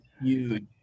huge